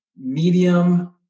medium